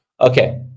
okay